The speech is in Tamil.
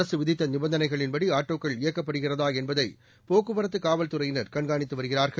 அரசு விதித்த நிபந்தனைகளின்படி ஆட்டோக்கள் இயக்கப்படுகிறதா என்பதை போக்குவரத்து காவல்துறையினர் கண்காணித்து வருகிறார்கள்